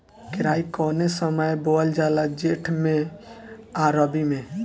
केराई कौने समय बोअल जाला जेठ मैं आ रबी में?